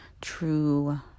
true